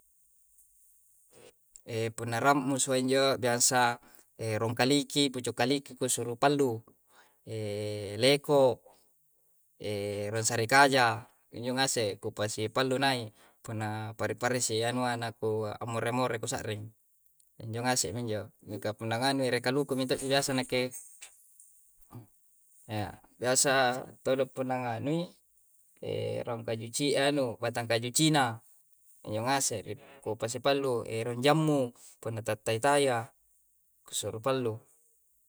punara'musu injo biansa rong kaliki, mpcu kaliliki ko suru pa'lu, lekko, resali kaja, injo ase ko pasi pallu nae, kuna pare-pare si a' nua nako amorre-morre ku sa'ring injo angaseng injo. Nuka punangane rekaluku mi to ji biasa neke biasa todo' ponangani rongkaji ci anu, batang kayu cina inyo aseng ko pase pallu ranjammu pona tatai'taya kosuru pallu.